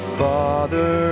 father